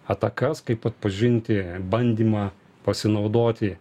atakas kaip atpažinti bandymą pasinaudoti